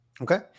Okay